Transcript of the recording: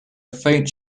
faint